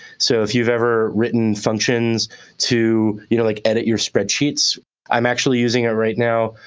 so if you've ever written functions to you know like, edit your spreadsheets i'm actually using it right now.